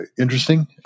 interesting